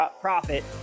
profit